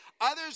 Others